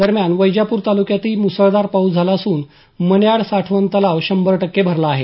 दरम्यान वैजापूर तालुक्यातही मुसळधार पाउस झाला असून मन्याड साठवण तलाव शंभर टक्के भरला आहे